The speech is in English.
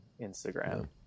Instagram